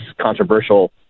controversial